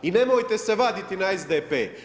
I nemojte se vaditi na SDP.